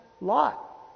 Lot